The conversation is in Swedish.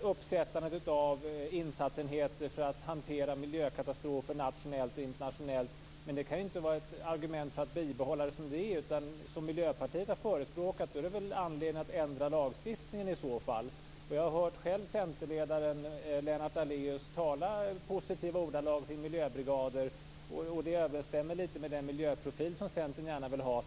upprättandet av insatsenheter för att hantera miljökatastrofer nationellt och internationellt. Men det kan ju inte vara ett argument för att behålla det som det är. I så fall är det väl, som Miljöpartiet har förespråkat, anledning att ändra lagstiftningen. Jag har själv hört centerledaren Lennart Daléus tala i positiva ordalag omkring miljöbrigader. Det överensstämmer lite med den miljöprofil som Centern gärna vill ha.